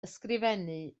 ysgrifennu